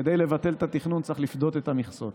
כדי לבטל את התכנון צריך לפדות את המכסות,